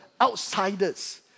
outsiders